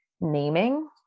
naming